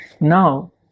Now